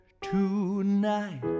tonight